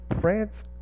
France